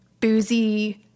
boozy